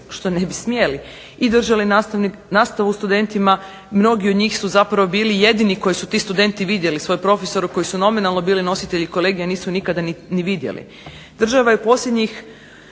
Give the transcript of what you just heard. što ne bi smjeli i držali nastavu studentima, mnogi od njih su bili jedini koji su ti studenti vidjeli svoje profesori koji su nominalno bili nositelji kolegija nisu nikada ni vidjeli. Država je u posljednjih